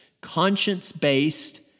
conscience-based